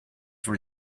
were